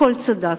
בכול צדקת.